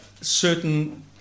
certain